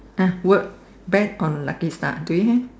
uh work back on lucky star do you have